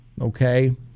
Okay